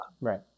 Right